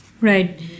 Right